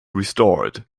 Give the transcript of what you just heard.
restored